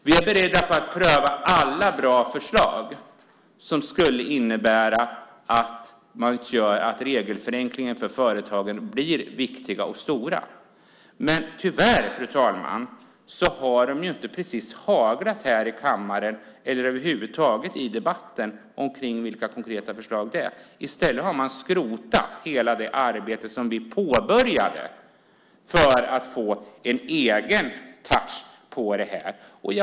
Vi är beredda att pröva alla bra förslag som skulle innebära viktiga och stora regelförenklingar för företagen. Men tyvärr, fru talman, har sådana konkreta förslag inte precis haglat här i kammaren eller över huvud taget i debatten. I stället har man skrotat hela det arbete som vi påbörjade för att få en egen touch på detta.